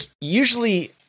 usually